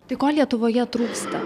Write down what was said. tai ko lietuvoje trūksta